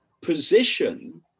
position